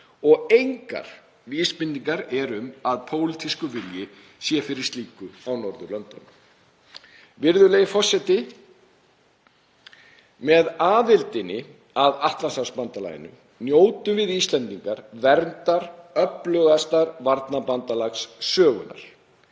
og engar vísbendingar eru um að pólitískur vilji sé fyrir slíku á Norðurlöndunum. Virðulegi forseti. Með aðildinni að Atlantshafsbandalaginu njótum við Íslendingar verndar öflugasta varnarbandalags sögunnar.